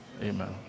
amen